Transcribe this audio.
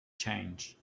change